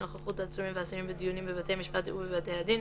(נוכחות עצורים ואסירים בדיונים בבתי המשפט ובתי הדין),